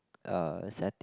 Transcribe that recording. uh setting